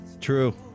true